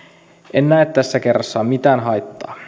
en näe tässä kerrassaan mitään haittaa